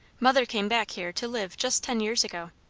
mother came back here to live just ten years ago.